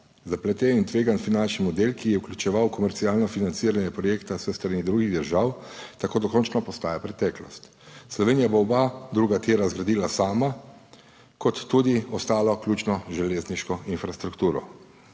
Zapleten, tvegan finančni model, ki je vključeval komercialno financiranje projekta s strani drugih držav, tako dokončno postaja preteklost. Slovenija bo oba druga tira zgradila sama, kot tudi ostalo, vključno z železniško infrastrukturo.